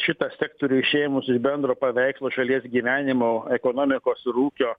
šitą sektorių išėmus iš bendro paveikslo šalies gyvenimo ekonomikos ir ūkio